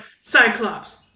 Cyclops